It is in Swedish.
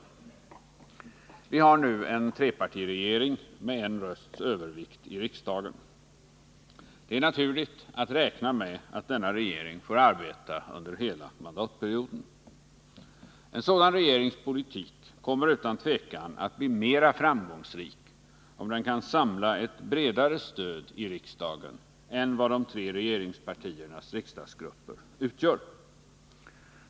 Vi har nu en trepartiregering med en rösts övervikt i riksdagen. Det är naturligt att räkna med att denna regering får arbeta under hela mandatperioden. En sådan regerings politik kommer utan tvivel att bli mera framgångsrik, om den kan samla ett bredare stöd i riksdagen än de tre regeringspartiernas riksdagsgrupper utgör.